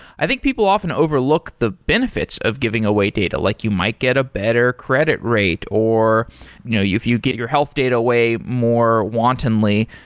i think people often overlook the benefits of giving away data. like you might get a better credit rate, or you know if you get your health data way more wantonly,